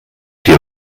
dir